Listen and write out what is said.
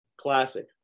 classic